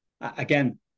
again